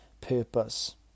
purpose